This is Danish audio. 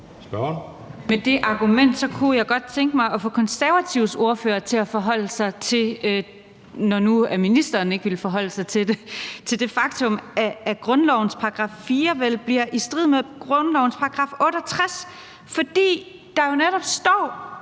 Med det argument kunne jeg godt tænke mig at få Konservatives ordfører, når nu ministeren ikke ville forholde sig til det, til at forholde sig til det faktum, at grundlovens § 4 vel bliver i strid med grundlovens § 68, fordi der jo netop står,